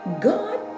God